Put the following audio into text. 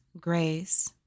grace